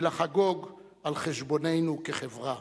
ולחגוג על חשבוננו כחברה.